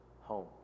home